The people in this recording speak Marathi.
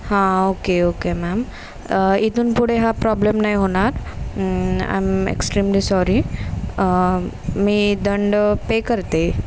हां ओके ओके मॅम इथून पुढे हा प्रॉब्लेम नाही होणार आय ॲम एक्स्ट्रीमली सॉरी मी दंड पे करते